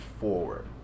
forward